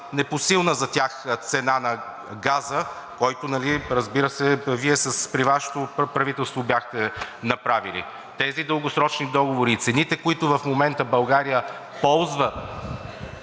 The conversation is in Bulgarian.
непосилна за тях цена на газа, която, разбира се, Вие, при Вашето правителство, бяхте направили. Тези дългосрочни договори и цените, при които в момента България ползва